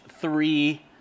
three